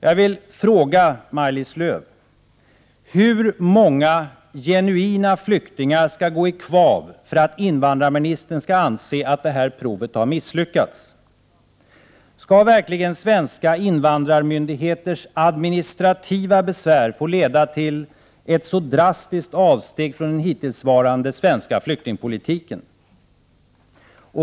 Jag vill fråga Maj-Lis Lööw: Hur många genuina flyktingar skall gå i kvav för att invandrarministern skall anse att provet har misslyckats? Skall verkligen svenska invandrarmyndigheters administrativa besvär få leda till ett så drastiskt avsteg från den hittillsvarande svenska flyktingpolitiken?